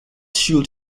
should